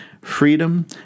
Freedom